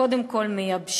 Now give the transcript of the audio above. קודם כול מייבשים,